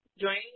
joining